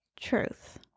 truth